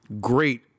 great